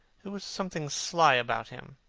there was something sly about him,